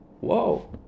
whoa